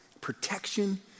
Protection